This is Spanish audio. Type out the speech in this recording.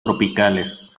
tropicales